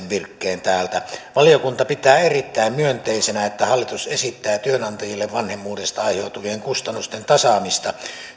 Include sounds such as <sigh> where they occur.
<unintelligible> virkkeen täältä valiokunta pitää erittäin myönteisenä että hallitus esittää työnantajille vanhemmuudesta aiheutuvien kustannusten tasaamista